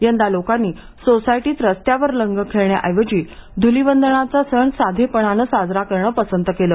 यंदा लोकांनी सोसायटीत रस्त्यांवर रंग खेळण्याऐवजी धुलिवंदनाचा सण अगदी साधेपणाने साजरा करणं पसंत केलं